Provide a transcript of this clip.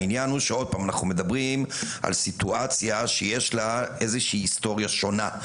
העניין הוא שאנחנו מדברים על סיטואציה שיש לה היסטוריה שונה.